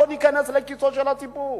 בואו ניכנס לכיסו של הציבור.